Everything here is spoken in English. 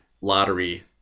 lottery